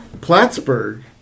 Plattsburgh